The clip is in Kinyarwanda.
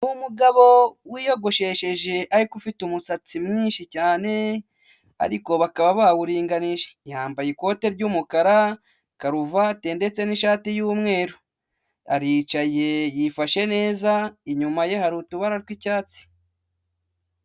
Umugabo wiyogoshesheje ariko ufite umusatsi mwinshi cyane ariko bakaba bawurinije, yambaye ikote ry'umukara, karuvati ndetse n'ishati y'umweru, aricaye yifashe neza, inyuma ye hari utubara tw'icyatsi.